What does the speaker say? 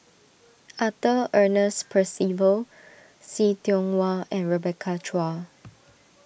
Arthur Ernest Percival See Tiong Wah and Rebecca Chua